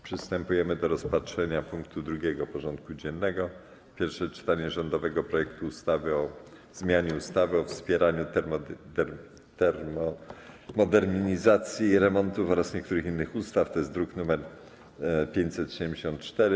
Przystępujemy do rozpatrzenia punktu 2. porządku dziennego: Pierwsze czytanie rządowego projektu ustawy o zmianie ustawy o wspieraniu termomodernizacji i remontów oraz niektórych innych ustaw (druk nr 574)